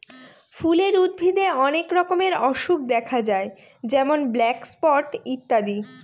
ফুলের উদ্ভিদে অনেক রকমের অসুখ দেখা যায় যেমন ব্ল্যাক স্পট ইত্যাদি